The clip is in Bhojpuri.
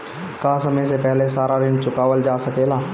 का समय से पहले सारा ऋण चुकावल जा सकेला?